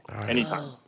Anytime